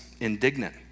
indignant